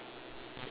ya correct